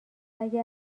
اگه